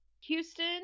Houston